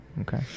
Okay